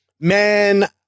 Man